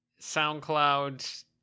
SoundCloud